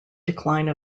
decline